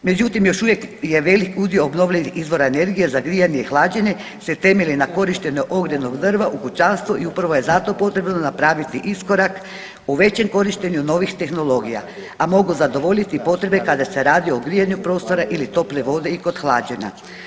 Međutim, još uvijek je velik udio obnovljivih izvora energije za grijanje i hlađenje se temelji na korištenju ogrjevnog drva u kućanstvu i upravo je zato potrebno napraviti iskorak u većem korištenju novih tehnologija, a mogu zadovoljiti potrebe kada se radi o grijanju prostora ili tople vode i kod hlađenja.